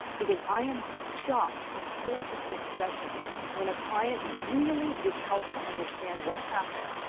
because i am shocked in four to six sessions when a client really is helped to understand what happened,